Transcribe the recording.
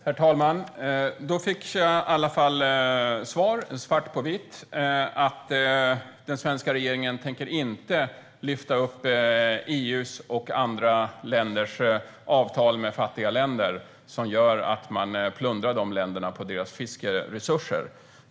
Herr talman! Då fick jag i alla fall svar svart på vitt att den svenska regeringen inte tänker lyfta upp EU:s och andra länders avtal med fattiga länder, som gör att man plundrar dessa länder på deras fiskeresurser.